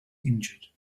injured